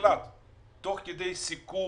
מדיניות אלא גם על ביצוע.